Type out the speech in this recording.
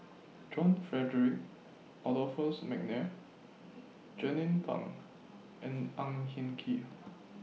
John Frederick Adolphus Mcnair Jernnine Pang and Ang Hin Kee